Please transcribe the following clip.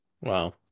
Wow